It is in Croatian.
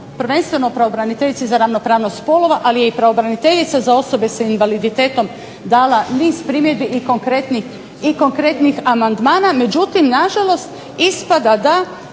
prvenstveno o pravobraniteljici za ravnopravnost spolova, ali je i pravobraniteljica za osobe sa invaliditetom dala niz primjedbi i konkretnih amandmana, međutim na žalost ispada da